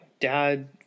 Dad